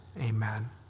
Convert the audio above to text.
amen